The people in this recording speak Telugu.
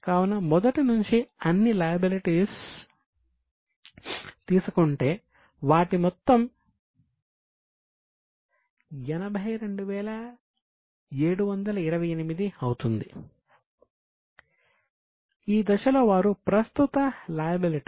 కావున మొత్తం CL లు 12 కాగా మొత్తం NCL 20 ప్లస్ ఈక్విటీ